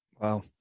wow